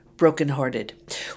brokenhearted